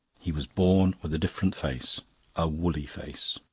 he was born with a different face a woolly face.